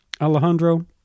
alejandro